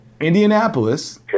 Indianapolis